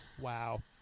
wow